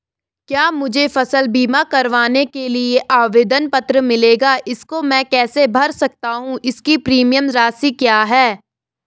क्या मुझे फसल बीमा करवाने के लिए आवेदन पत्र मिलेगा इसको मैं कैसे भर सकता हूँ इसकी प्रीमियम राशि क्या है?